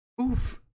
Oof